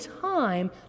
time